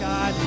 God